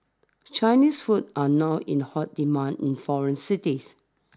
Chinese food are now in hot demand in foreign cities